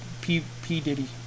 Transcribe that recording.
P-Diddy